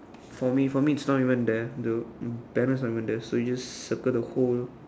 for me for me's not even there bro banner's not even there so I just circle the whole